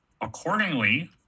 Accordingly